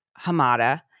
Hamada